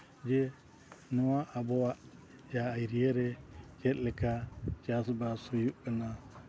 ᱡᱮ ᱱᱚᱣᱟ ᱟᱵᱚᱣᱟᱜ ᱡᱟᱦᱟᱸ ᱮᱨᱤᱭᱟ ᱨᱮ ᱪᱮᱫ ᱞᱮᱠᱟ ᱪᱟᱥᱵᱟᱥ ᱦᱩᱭᱩᱜ ᱠᱟᱱᱟ